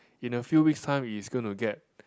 in the few weeks time it's going to get